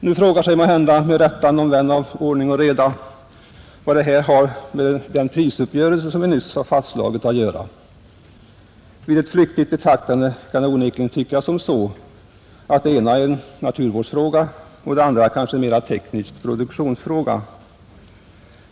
Nu frågar sig, måhända med rätta, någon vän av ordning och reda vad detta har med den prisuppgörelse vi nyss har fastställt att göra, Vid ett flyktigt betraktande kan det onekligen tyckas att det ena är en naturvårdsfråga och det andra mera en teknisk produktionsfråga.